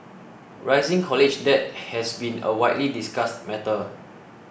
rising college debt has been a widely discussed matter